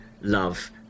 love